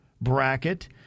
bracket